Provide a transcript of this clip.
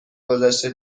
گذشته